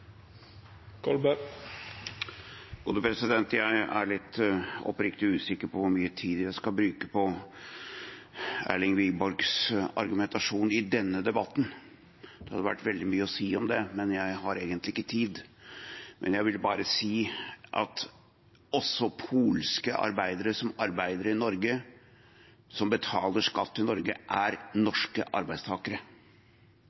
Jeg er oppriktig usikker på hvor mye tid jeg skal bruke på Erlend Wiborgs argumentasjon i denne debatten. Det hadde vært veldig mye å si om det, men jeg har egentlig ikke tid. Men jeg vil bare si at også polske arbeidere som arbeider i Norge, som betaler skatt til Norge, er